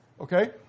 Okay